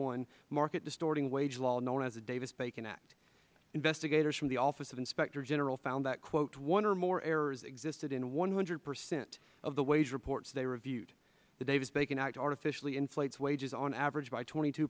one market distorting wage law known as the davis bacon act investigators from the office of inspector general found that quote one or more errors existed in one hundred percent of the wage reports they reviewed the davis bacon act inflates wages on average by twenty two